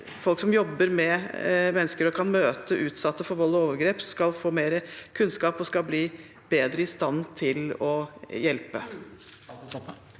folk som jobber med mennesker og kan møte utsatte for vold og overgrep, skal få mer kunnskap og bli bedre i stand til å hjelpe.